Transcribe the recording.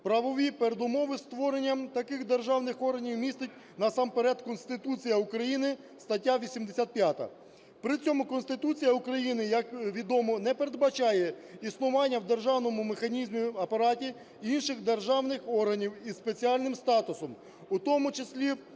Правові передумови створення таких державних органів містить насамперед Конституція України, стаття 85. При цьому Конституція України, як відомо, не передбачає існування в державному механізмі, апараті інших державних органів із спеціальним статусом, у тому числі